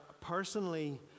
personally